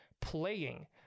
playing